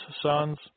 sons